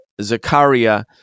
Zakaria